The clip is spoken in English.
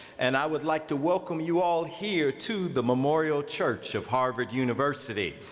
and i would like to welcome you all here to the memorial church of harvard university,